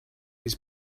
his